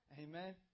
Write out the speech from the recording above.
Amen